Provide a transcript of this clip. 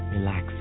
Relax